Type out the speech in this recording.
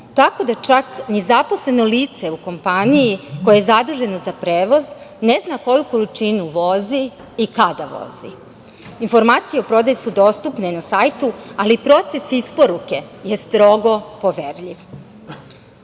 tako da čak ni zaposleno lice u kompaniji, koje je zaduženo za prevoz, ne zna koju količinu vozi i kada vozi. Informacije o prodaji su dostupne na sajtu, ali proces isporuke je strogo poverljiv. To